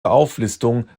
auflistung